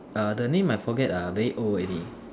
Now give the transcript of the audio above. ah the name I forget ah very old already